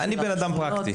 אני בן אדם פרקטי.